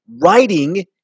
writing